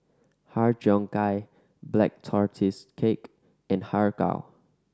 Har Cheong Gai Black Tortoise Cake and Har Kow